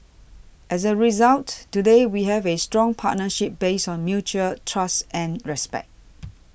as a result today we have a strong partnership based on mutual trust and respect